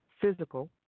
physical